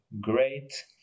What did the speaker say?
great